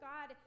God